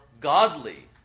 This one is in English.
godly